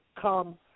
come